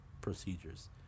procedures